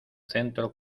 centro